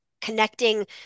connecting